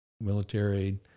military